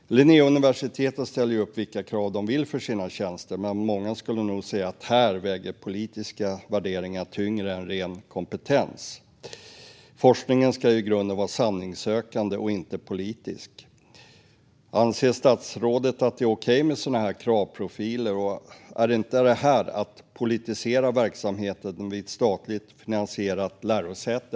Linnéuniversitetet ställer upp vilka krav de vill för sina tjänster, men många skulle nog säga att här väger politiska värderingar tyngre än ren kompetens. Forskningen ska i grunden vara sanningssökande och inte politisk. Anser statsrådet att det är okej med sådana här kravprofiler? Är inte detta att politisera verksamheten vid ett statligt finansierat lärosäte?